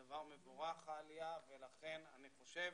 העלייה היא דבר מבורך ואני חושב